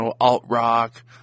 alt-rock